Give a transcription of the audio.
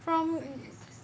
from